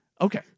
Okay